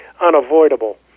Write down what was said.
unavoidable